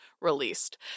released